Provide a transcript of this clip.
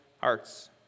hearts